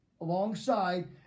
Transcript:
Alongside